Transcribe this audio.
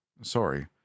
Sorry